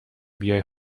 بیای